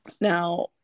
now